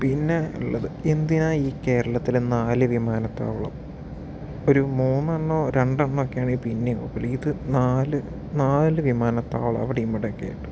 പിന്നെ ഉള്ളത് എന്തിനാ ഈ കേരളത്തില് നാല് വിമാനത്താവളം ഒരു മൂന്നെണ്ണമോ രണ്ടെണ്ണമോ ഒക്കെ ആണെങ്കിൽ പിന്നെയും കുഴപ്പമില്ല ഇത് നാല് വിമാനത്താവളം അവിടെ ഇവിടെ ഒക്കെ ആയിട്ട്